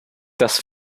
das